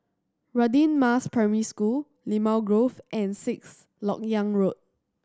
Radin Mas Primary School Limau Grove and Sixth Lok Yang Road